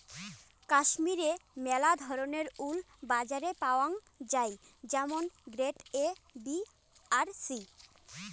কাশ্মীরের মেলা ধরণের উল বাজারে পাওয়াঙ যাই যেমন গ্রেড এ, বি আর সি